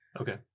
Okay